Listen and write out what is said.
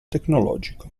tecnologico